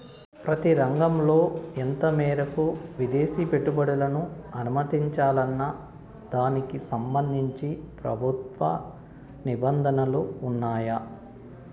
ప్రతి రంగంలో ఎంత మేరకు విదేశీ పెట్టుబడులను అనుమతించాలన్న దానికి సంబంధించి ప్రభుత్వ నిబంధనలు ఉన్నాయా?